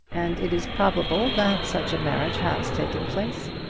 and it is probable that such a marriage has taken place.